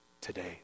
today